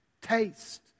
Taste